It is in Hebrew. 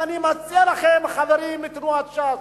ואני מציע לכם, חברים מתנועת ש"ס,